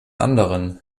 anderen